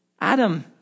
Adam